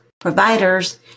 providers